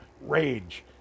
rage